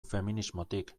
feminismotik